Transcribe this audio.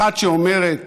אחת שאומרת: